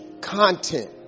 content